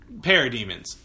Parademons